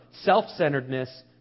self-centeredness